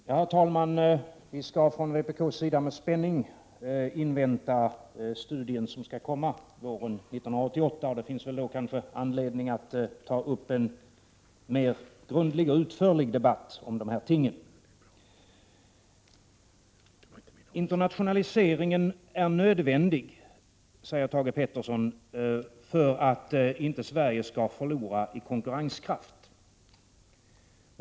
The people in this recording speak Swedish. Herr talman! Vi skall från vpk:s sida med spänning invänta den studie som skall komma våren 1988. Det finns då kanske anledning att ta upp en mer grundlig och utförlig debatt om dessa ting. Internationaliseringen är nödvändig, säger Thage Peterson, för att inte Sverige skall förlora i konkurrenskraft.